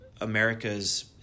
America's